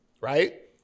right